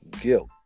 guilt